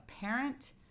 parent